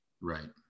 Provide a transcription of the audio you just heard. right